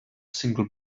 single